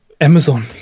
Amazon